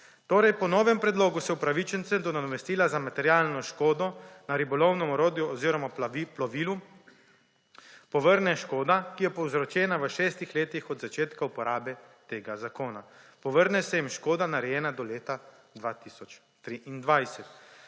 Torej se po novem predlogu upravičencem do nadomestila za materialno škodo na ribolovnem orodju oziroma plovilu povrne škoda, ki je povzročena v šestih letih od začetka uporabe tega zakona. Povrne se jim škoda, narejena do leta 2023.